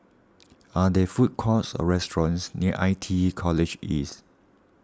are there food courts or restaurants near I T E College East